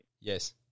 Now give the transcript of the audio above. yes